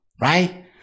right